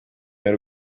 y’u